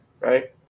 right